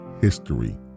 history